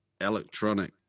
electronic